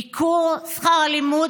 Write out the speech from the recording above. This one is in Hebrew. ייקור שכר הלימוד,